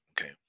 okay